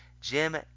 Jim